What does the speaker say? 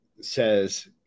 says